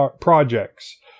projects